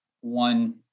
one